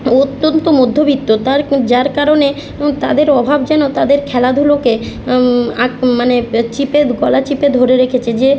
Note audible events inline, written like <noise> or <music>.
অত্যন্ত মধ্যবিত্ত তার যার কারণে <unintelligible> তাদের অভাব যেন তাদের খেলাধুলোকে আক মানে চিপে গলা চিপে ধরে রেখেছে যে